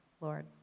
Lord